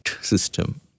system